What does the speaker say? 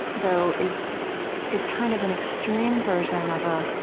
though, is is kind of an extreme version of ah